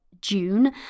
June